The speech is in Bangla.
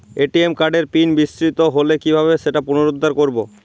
এ.টি.এম কার্ডের পিন বিস্মৃত হলে কীভাবে সেটা পুনরূদ্ধার করব?